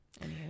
Anywho